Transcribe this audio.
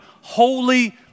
holy